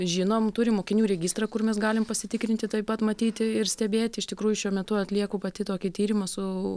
žinom turim mokinių registrą kur mes galim pasitikrinti taip pat matyti ir stebėti iš tikrųjų šiuo metu atlieku pati tokį tyrimą su